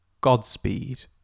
Godspeed